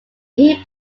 heat